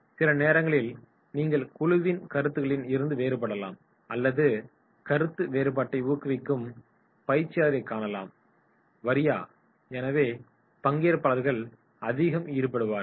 சில நேரங்களில் நீங்கள் குழுவின் கருத்துகலில் இருந்து வேறுபாடலாம் அல்லது கருத்து வேறுபாட்டை ஊக்குவிக்கும் பயிற்சியாளரைப் காணலாம் சரியா எனவே பங்கேற்பாளர்கள் அதில் ஈடுபடுவார்கள்